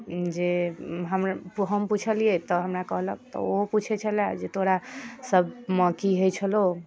जे हम हम पुछलियै तऽ हमरा कहलक तऽ ओहो पूछै छलय जे तोरा सभमे की होइ छलहु